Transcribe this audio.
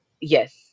yes